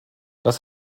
das